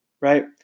right